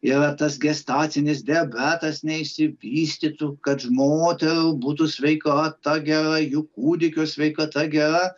yra tas gestacinis diabetas neišsivystytų kad moterų būtų sveikata gera jų kūdikio sveikata gera